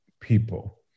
people